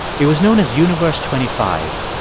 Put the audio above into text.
it was known as universe twenty five.